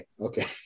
okay